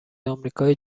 آمریکای